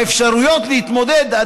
האפשרויות להתמודד עם